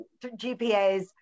GPAs